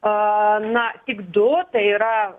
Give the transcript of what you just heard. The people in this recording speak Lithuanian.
a na tik duota yra